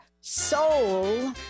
Soul